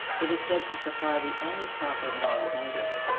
it is said to supply the only proper moral motive.